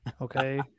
Okay